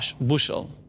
bushel